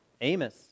Amos